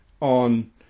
on